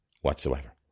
whatsoever